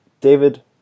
David